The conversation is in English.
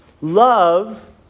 Love